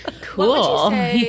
Cool